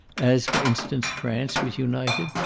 as for instance france was united?